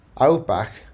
outback